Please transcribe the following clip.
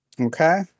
Okay